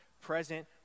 present